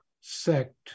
sect